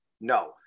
No